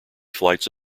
flights